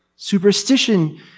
Superstition